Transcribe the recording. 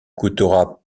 coûtera